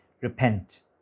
Repent